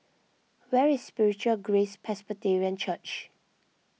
where is Spiritual Grace Presbyterian Church